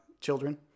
children